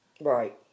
right